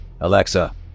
Alexa